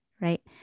right